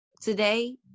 today